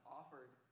offered